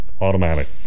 automatic